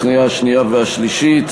לקריאה השנייה והשלישית,